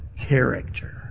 character